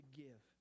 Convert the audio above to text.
give